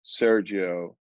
Sergio